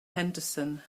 henderson